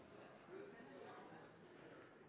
Tusen takk